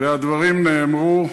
והדברים נאמרו.